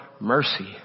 mercy